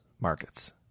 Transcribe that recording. markets